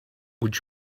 would